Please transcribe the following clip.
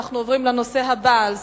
אנחנו עוברים לנושא הבא על סדר-היום: